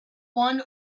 one